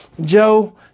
Joe